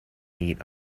eat